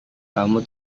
kamu